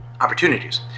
opportunities